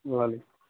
وعلیکم